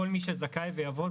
כל מי שזכאי ויבוא,